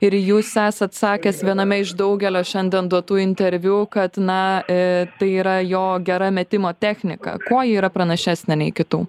ir jūs esat sakęs viename iš daugelio šiandien duotų interviu kad na tai yra jo gera metimo technika kuo ji yra pranašesnė nei kitų